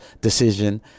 decision